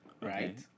right